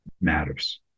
matters